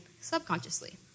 subconsciously